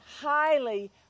highly